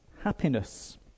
happiness